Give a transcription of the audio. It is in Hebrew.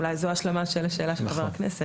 אולי זו השלמה של השאלה של חבר הכנסת.